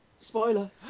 Spoiler